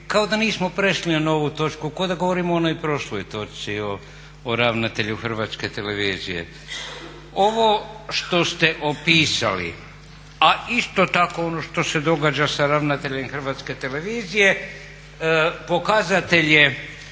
kao da nismo prešli na novu točku, kao da govorimo o onoj prošloj točci o ravnatelju HRT-a. Ovo što ste opisali, a isto tako ono što se događa sa ravnateljem HRT-a pokazatelj je